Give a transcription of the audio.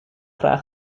graag